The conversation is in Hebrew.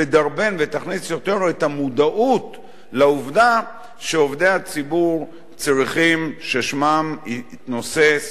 תדרבן ותכניס יותר את המודעות לעובדה שעובדי הציבור צריכים ששמם יתנוסס,